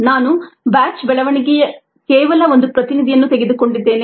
ನಾನು ಬ್ಯಾಚ್ ಬೆಳವಣಿಗೆಯ ಕೇವಲ ಒಂದು ಪ್ರತಿನಿಧಿ ಯನ್ನು ತೆಗೆದುಕೊಂಡಿದ್ದೇನೆ